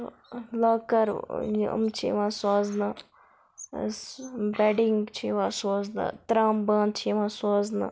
locker یِم چھِ یِوان سوزنہٕ سُہ بیٚڈِنٛگ چھِ یِوان سوزنہٕ ترٛامہٕ بانہٕ چھِ یِوان سوزنہٕ